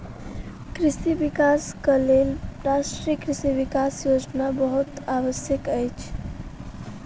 कृषि विकासक लेल राष्ट्रीय कृषि विकास योजना बहुत आवश्यक अछि